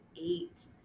eight